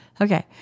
Okay